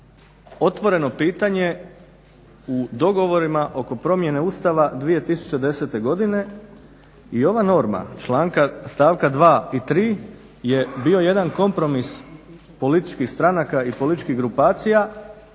otvoreno pitanje u dogovorima oko promjene Ustava 2010. godine i ova norma stavka 2. i 3. je bio jedan kompromis političkih stranaka i političkih grupacija